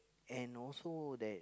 and also that